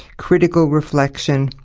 critical reflection,